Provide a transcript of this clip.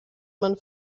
man